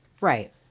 Right